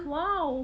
woah